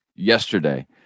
yesterday